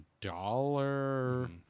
dollar